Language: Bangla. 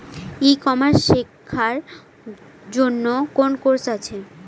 ই কমার্স শেক্ষার জন্য কোন কোর্স আছে?